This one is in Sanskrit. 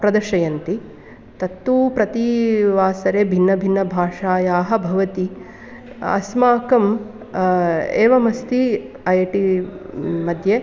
प्रदर्शयन्ति तत्तु प्रतिवासरे भिन्न भिन्न भाषायाः भवति अस्माकम् एवमस्ति ऐटिमध्ये